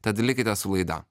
tad likite su laida